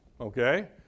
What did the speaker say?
okay